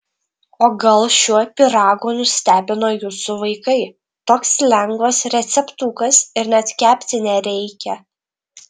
o gal šiuo pyragu nustebino jūsų vaikai toks lengvas receptukas ir net kepti nereikia